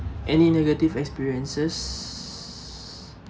any negative experiences